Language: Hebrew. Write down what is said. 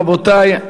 רבותי,